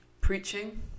preaching